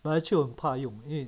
no actually 我怕用因为